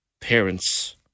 parents